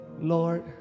Lord